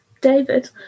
David